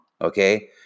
okay